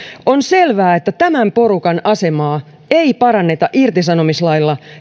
on selvää että tämän porukan asemaa ei paranneta irtisanomislailla